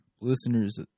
listeners